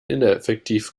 ineffektiv